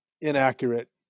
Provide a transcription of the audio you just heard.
inaccurate